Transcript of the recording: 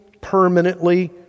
permanently